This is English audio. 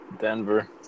Denver